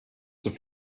have